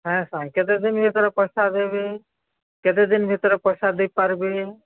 ହଏ ସାର୍ କେତେ ଦିନ୍ ଭିତରେ ପଇସା ଦେବେ କେତେ ଦିନ୍ ଭିତରେ ପଇସା ଦେଇପାରବେ